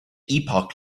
epoch